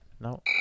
no